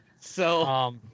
so-